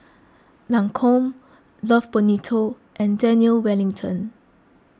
Lancome Love Bonito and Daniel Wellington